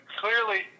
clearly